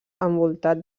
envoltat